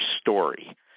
story